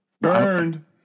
Burned